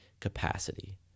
capacity